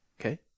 Okay